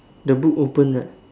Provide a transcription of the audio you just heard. the book open right